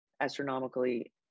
astronomically